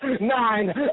Nine